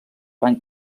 van